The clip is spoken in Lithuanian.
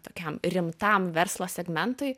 tokiam rimtam verslo segmentui